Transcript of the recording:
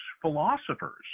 philosophers